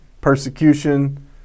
persecution